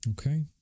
okay